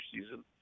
season